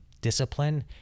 discipline